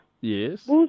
yes